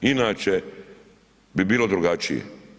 Inače bi bilo drugačije.